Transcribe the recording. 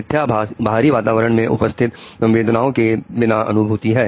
मिथ्याभास बाहरी वातावरण में उपस्थित संवेदनाओं के बिना अनुभूति है